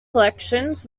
collections